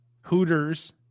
Hooters